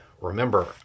Remember